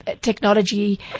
technology